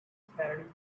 parody